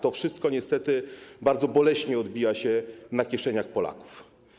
To wszystko niestety bardzo boleśnie odbija się na kieszeniach Polaków.